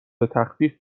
تخفیف